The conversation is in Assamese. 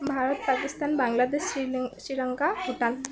ভাৰত পাকিস্তান বাংলাদেশ শ্ৰী শ্ৰীলংকা ভূটান